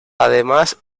además